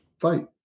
fight